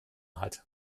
hat